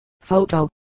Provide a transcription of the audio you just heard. Photo